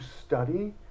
study